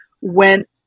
went